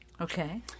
Okay